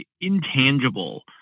intangible